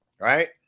right